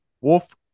Wolf